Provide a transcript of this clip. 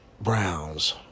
Browns